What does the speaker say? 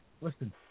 Listen